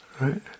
right